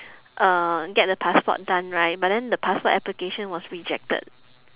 uh get the passport done right but then the passport application was rejected